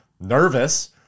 nervous